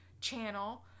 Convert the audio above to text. channel